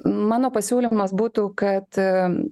mano pasiūlymas būtų kad